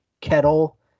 kettle